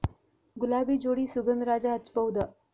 ಗುಲಾಬಿ ಜೋಡಿ ಸುಗಂಧರಾಜ ಹಚ್ಬಬಹುದ?